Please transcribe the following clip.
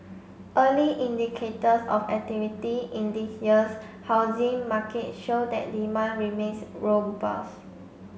early indicators of activity in this year's housing market show that demand remains robust